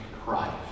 Christ